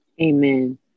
Amen